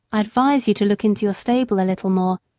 i advise you to look into your stable a little more.